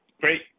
Great